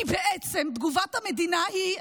כי בעצם תגובת המדינה היא,